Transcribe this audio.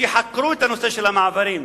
שחקרו את הנושא של המעברים,